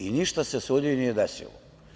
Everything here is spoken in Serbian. I ništa se sudiji nije desilo.